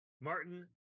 Martin